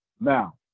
Now